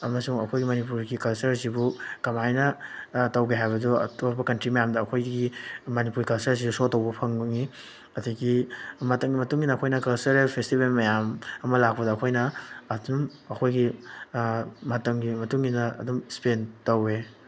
ꯑꯃꯁꯨꯡ ꯑꯩꯈꯣꯏ ꯃꯅꯤꯄꯨꯔꯒꯤ ꯀꯜꯆꯔꯁꯤꯕꯨ ꯀꯃꯥꯏꯅ ꯇꯧꯒꯦ ꯍꯥꯏꯕꯗꯣ ꯑꯇꯣꯞꯄ ꯀꯟꯇ꯭ꯔꯤ ꯃꯌꯥꯝꯗ ꯑꯩꯈꯣꯏꯒꯤ ꯃꯅꯤꯄꯨꯔꯒꯤ ꯀꯜꯆꯔꯁꯦ ꯁꯣ ꯇꯧꯕ ꯐꯪꯉꯤ ꯑꯗꯒꯤ ꯃꯇꯝꯒꯤ ꯃꯇꯨꯡ ꯏꯟꯅ ꯑꯩꯈꯣꯏꯅ ꯀꯜꯆꯔꯦꯜ ꯐꯦꯁꯇꯤꯚꯦꯜ ꯃꯌꯥꯝ ꯑꯃ ꯂꯥꯛꯄꯗ ꯑꯩꯈꯣꯏꯅ ꯑꯗꯨꯝ ꯑꯩꯈꯣꯏꯒꯤ ꯃꯇꯝꯒꯤ ꯃꯇꯨꯡ ꯏꯟꯅ ꯑꯗꯨꯝ ꯏꯁꯄꯦꯟ ꯇꯧꯋꯦ